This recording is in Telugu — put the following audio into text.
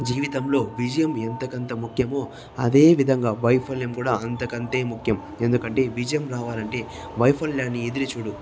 జీవితంలో విజయం ఎంతకంత ముఖ్యమో అదేవిధంగా వైఫల్యం కూడా అంతకంతే ముఖ్యం ఎందుకంటే విజయం రావాలంటే వైఫల్యాన్ని ఎదురుచూడు